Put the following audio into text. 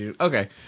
Okay